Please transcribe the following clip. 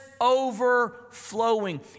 overflowing